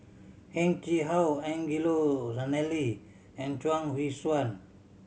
Heng Chee How Angelo Sanelli and Chuang Hui Tsuan